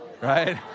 right